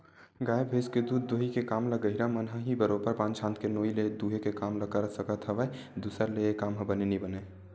गाय भइस के दूद दूहई के काम ल गहिरा मन ह ही बरोबर बांध छांद के नोई ले दूहे के काम कर सकत हवय दूसर ले ऐ काम ह बने नइ बनय